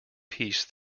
peace